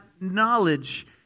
knowledge